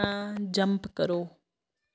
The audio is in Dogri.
जंप करो